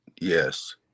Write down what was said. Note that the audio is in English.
yes